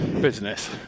business